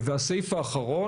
הדבר האחרון,